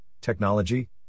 Technology